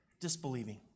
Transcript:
disbelieving